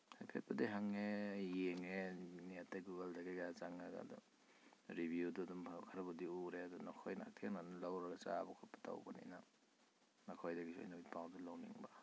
ꯍꯥꯏꯐꯦꯠꯄꯨꯗꯤ ꯍꯪꯉꯦ ꯌꯦꯡꯉꯦ ꯅꯦꯠꯇꯩ ꯒꯨꯒꯜꯗ ꯀꯩꯀꯥ ꯆꯪꯉꯒ ꯑꯗꯣ ꯔꯤꯚ꯭ꯌꯨꯗꯨ ꯑꯗꯨꯝ ꯐꯕ ꯈꯔꯕꯨꯗꯤ ꯎꯔꯦ ꯑꯗꯣ ꯅꯈꯣꯏꯅ ꯍꯛꯊꯦꯡꯅꯅ ꯂꯧꯔꯒ ꯆꯥꯕ ꯈꯣꯠꯄ ꯇꯧꯕꯅꯤꯅ ꯅꯈꯣꯏꯗꯒꯤꯁꯨ ꯑꯩ ꯄꯥꯎꯗꯣ ꯂꯧꯅꯤꯡꯕ